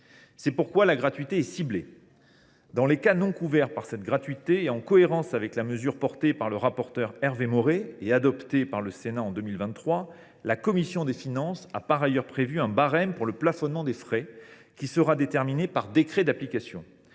C’est pourquoi la gratuité est ciblée. Dans les cas non couverts par cette gratuité et en cohérence avec la mesure portée par le rapporteur Hervé Maurey et adoptée par le Sénat en 2023, la commission des finances a par ailleurs prévu un barème pour le plafonnement des frais, qui sera déterminé par décret d’application.